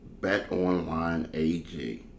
BetOnlineAG